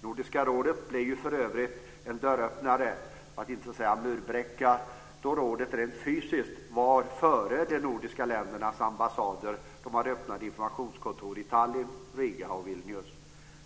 Nordiska rådet blev ju för övrigt en dörröppnare, för att inte säga murbräcka, då rådet rent fysiskt var före de nordiska ländernas ambassader när man öppnade informationskontor i Tallinn, Riga och Vilnius.